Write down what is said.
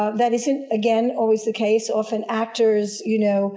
ah that isn't, again, always the case. often actors, you know